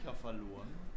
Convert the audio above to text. verloren